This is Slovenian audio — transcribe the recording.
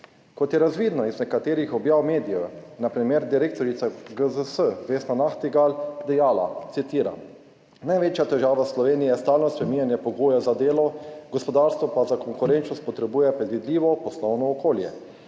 Kot je razvidno iz nekaterih objav medijev, je na primer direktorica GZS Vesna Nahtigal dejala, citiram: »Največja težava Slovenije je stalno spreminjanje pogojev za delo, gospodarstvo pa za konkurenčnost potrebuje predvidljivo poslovno okolje.